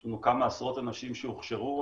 יש לנו כמה עשרות אנשים שהוכשרו.